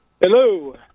Hello